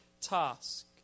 task